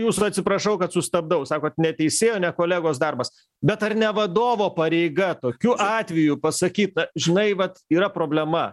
jūsų atsiprašau kad sustabdau sakot ne teisėjo ne kolegos darbas bet ar ne vadovo pareiga tokiu atveju pasakyta žinai vat yra problema